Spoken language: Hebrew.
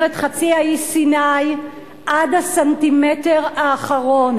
את חצי האי סיני עד הסנטימטר האחרון.